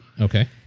Okay